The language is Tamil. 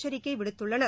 எச்சரிக்கை விடுத்துள்ளனர்